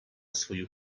свою